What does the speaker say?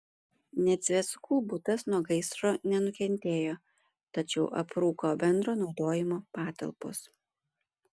nedzveckų butas nuo gaisro nenukentėjo tačiau aprūko bendro naudojimo patalpos